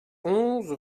onze